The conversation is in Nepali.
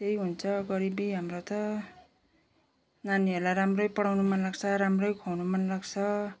त्यही हुन्छ गरिबी हाम्रो त नानीहरूलाई राम्रै पढाउनु मन लाग्छ राम्रै खुवाउनु मन लाग्छ